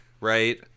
right